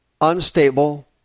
unstable